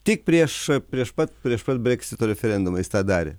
tik prieš prieš pat prieš pat breksito referendumą jis tą darė